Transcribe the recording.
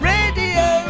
Radio